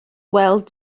weld